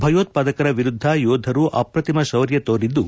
ಭಯೋತ್ವಾದಕರ ವಿರುದ್ದ ಯೋಧರು ಅಪ್ರತಿಮ ಶೌರ್ಯ ತೋರಿದ್ದು